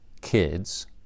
kids